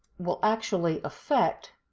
will actually affect